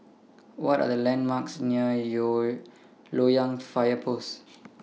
What Are The landmarks near Loyang Fire Post